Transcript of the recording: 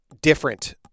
Different